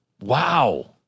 Wow